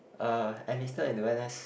uh enlisted into n_s